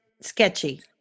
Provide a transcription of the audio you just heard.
sketchy